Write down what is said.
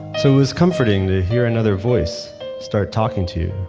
so it was comforting to hear another voice start talking to you,